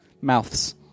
Mouths